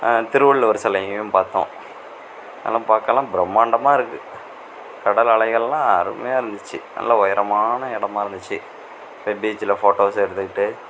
திருவள்ளுவர் சிலையயும் பார்த்தோம் அதெல்லாம் பார்க்க எல்லாம் பிரமாண்டமாக இருக்குது கடல் அலைகளெல்லாம் அருமையாக இருந்துச்சு நல்ல உயரமான இடமா இருந்துச்சு போய் பீச்சில் போட்டோஸ் எடுத்துக்கிட்டு